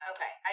Okay